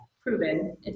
proven